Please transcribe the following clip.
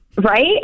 right